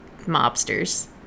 mobsters